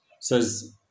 Says